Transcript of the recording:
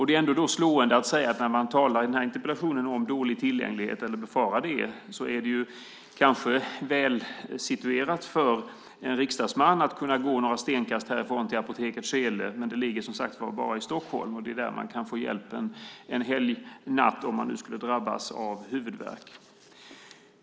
Det är slående att säga att när man i interpellationen talar om att man befarar dålig tillgänglighet är det kanske väl situerat för en riksdagsman att kunna gå några stenkast härifrån till apoteket Scheele. Men det finns som sagt bara i Stockholm, och det är där man kan få hjälp en helgnatt om man skulle drabbas av huvudvärk.